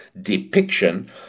depiction